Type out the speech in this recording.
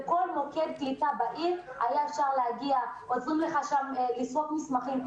היה אפשר להגיע לכל מוקד קליטה בעיר והיו עוזרים לך לסרוק מסמכים.